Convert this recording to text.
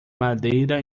madeira